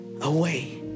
away